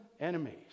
enemies